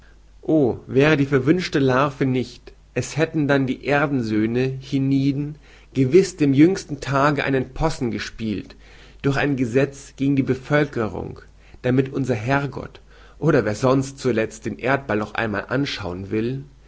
o wäre die verwünschte larve nicht es hätten dann die erdensöhne hienieden gewiß dem jüngsten tage einen possen gespielt durch ein gesez gegen die bevölkerung damit unser herrgott oder wer sonst zulezt den erdball noch einmal anschauen will